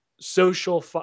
social